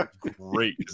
great